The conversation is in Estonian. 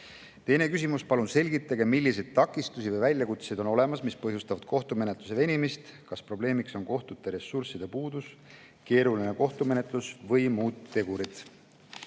Teine küsimus: "Palun selgitage, milliseid takistusi või väljakutseid on olemas, mis põhjustavad kohtumenetluste venimist. Kas probleemiks on kohtute ressursside puudus, keeruline kohtumenetlus või muud tegurid?"